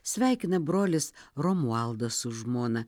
sveikina brolis romualdas su žmona